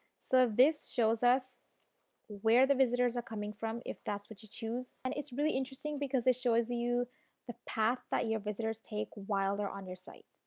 so this shows us where the visitors are coming from if that's what you choose. and it's really interesting because it shows you the path that your visitors take while they are on your site.